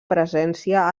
presència